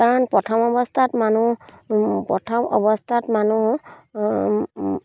কাৰণ প্ৰথম অৱস্থাত মানুহ প্ৰথম অৱস্থাত মানুহ